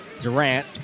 Durant